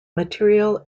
material